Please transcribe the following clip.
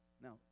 Now